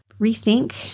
rethink